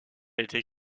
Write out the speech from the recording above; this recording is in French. été